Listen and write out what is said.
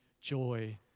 joy